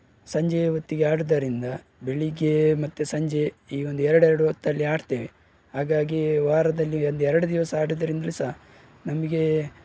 ಸಂಜೆಯ ಹೊತ್ತಿಗೆ ಆಡೋದರಿಂದ ಬೆಳಿಗ್ಗೆ ಮತ್ತೆ ಸಂಜೆ ಈಗ ಒಂದು ಎರಡೆರ್ಡು ಹೊತ್ತಲ್ಲಿ ಆಡ್ತೇವೆ ಹಾಗಾಗಿ ವಾರದಲ್ಲಿ ಒಂದು ಎರಡು ದಿವಸ ಆಡೋದರಿಂದ ಸಹ ನಮಗೆ